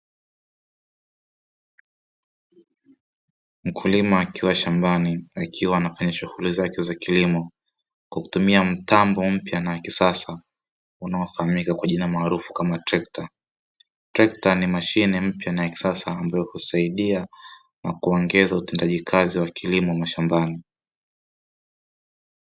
Mkulima akiwa shambani akiwa anafanya shughuli zake za kilimo kwa kutumia mtambo mpya na wa kisasa unaofahamika kwa jina maarufu kama trekta. Trekta ni mashine mpya na ya kisasa ambayo husaidia na kuongeza utendaji kazi wa kilimo mashambani.